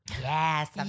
Yes